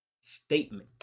statement